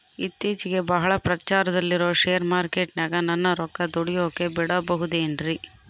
ಇತ್ತೇಚಿಗೆ ಬಹಳ ಪ್ರಚಾರದಲ್ಲಿರೋ ಶೇರ್ ಮಾರ್ಕೇಟಿನಾಗ ನನ್ನ ರೊಕ್ಕ ದುಡಿಯೋಕೆ ಬಿಡುಬಹುದೇನ್ರಿ?